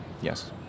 Yes